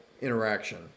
interaction